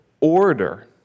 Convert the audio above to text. order